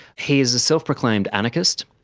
he is a self-proclaimed anarchist.